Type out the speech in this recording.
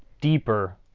deeper